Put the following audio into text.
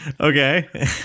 Okay